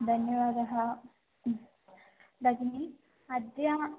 धन्यवादः भगिनी अद्य